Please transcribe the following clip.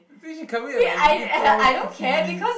think she come in at like freaking two hour fifty minute